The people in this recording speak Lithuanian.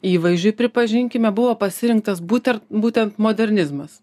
įvaizdžiui pripažinkime buvo pasirinktas būter būtent modernizmas